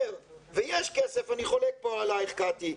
ויש כסף, אני חולק פה עליך, קטי,